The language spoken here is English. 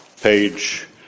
page